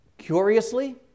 Curiously